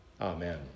Amen